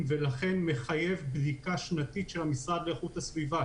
ולכן מחייב בדיקה שנתית של המשרד להגנת הסביבה.